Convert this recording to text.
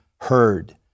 heard